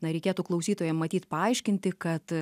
na reikėtų klausytojam matyt paaiškinti kad